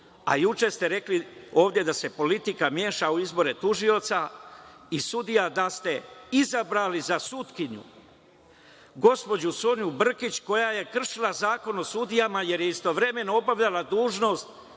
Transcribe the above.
a juče ste rekli ovde da se politika meša u izbore tužioca i sudija, da ste izabrali za sudkinju gospođu Sonju Brkić, koja je kršila Zakon o sudijama, jer je istovremeno obavljala dužnost